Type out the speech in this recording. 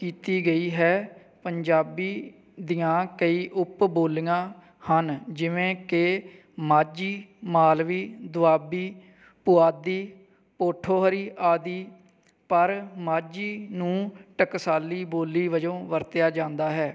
ਕੀਤੀ ਗਈ ਹੈ ਪੰਜਾਬੀ ਦੀਆਂ ਕਈ ਉਪ ਬੋਲੀਆਂ ਹਨ ਜਿਵੇਂ ਕਿ ਮਾਝੀ ਮਾਲਵੀ ਦੁਆਬੀ ਪੁਆਧੀ ਪੋਠੋਹਰੀ ਆਦਿ ਪਰ ਮਾਝੀ ਨੂੰ ਟਕਸਾਲੀ ਬੋਲੀ ਵਜੋਂ ਵਰਤਿਆ ਜਾਂਦਾ ਹੈ